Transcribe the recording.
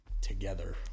together